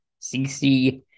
CC